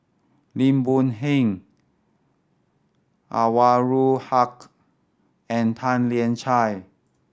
Lim Boon Heng Anwarul Haque and Tan Lian Chye